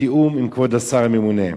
בתיאום עם כבוד השר הממונה.